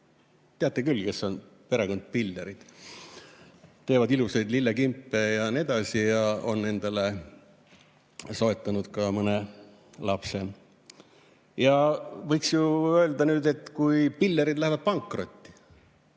Teate küll, kes on perekond Pillerid: teevad ilusaid lillekimpe ja nii edasi ja on endale soetanud ka mõne lapse. Võiks ju öelda nüüd, et kui Pillerid lähevad pankrotti,